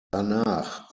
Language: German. danach